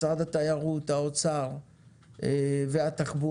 משרד התיירות, האוצר והתחבורה,